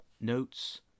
Notes